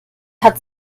hat